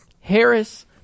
Harris